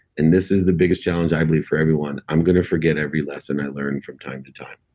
and this is the biggest challenge i believe for everyone, i'm going to forget every lesson i learned from time to time.